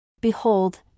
Behold